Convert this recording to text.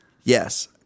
Yes